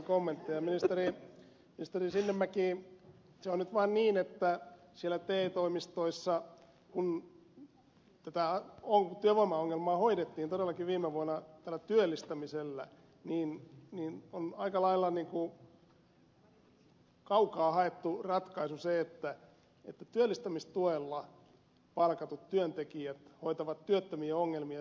ministeri sinnemäki se on nyt vaan niin että kun siellä te toimistoissa tätä työvoimaongelmaa hoidettiin todellakin viime vuonna tällä työllistämisellä niin on aika lailla kaukaa haettu ratkaisu se että työllistämistuella palkatut työntekijät hoitavat työttömien ongelmia